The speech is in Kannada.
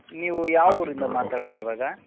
ನೀವು ಯಾವ ಊರಿಂದ ಮಾತಡದು ಇವಾಗ